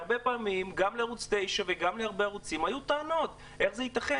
והרבה פעמים גם לערוץ 9 וגם להרבה ערוצים היו טענות: איך זה ייתכן?